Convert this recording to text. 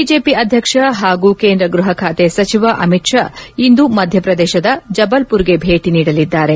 BJP ಅಧ್ಯಕ್ಷ ಹಾಗೂ ಕೇಂದ್ರ ಗ್ರಹ ಖಾತೆ ಸಚಿವ ಅಮಿತ್ ಶಾ ಇಂದು ಮಧ್ಯಪ್ರದೇಶದ ಜಬಲ್ಪುರ್ಗೆ ಭೇಟಿ ನೀಡಲಿದ್ದಾರೆ